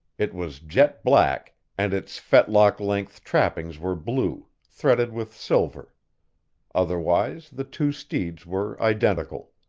it was jet-black and its fetlock-length trappings were blue, threaded with silver otherwise, the two steeds were identical.